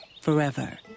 forever